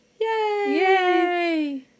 Yay